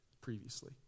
previously